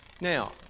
now